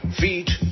feet